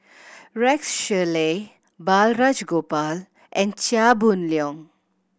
Rex Shelley Balraj Gopal and Chia Boon Leong